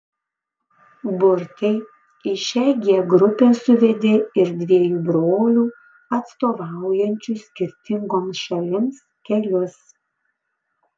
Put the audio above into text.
burtai į šią g grupę suvedė ir dviejų brolių atstovaujančių skirtingoms šalims kelius